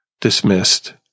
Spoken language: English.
dismissed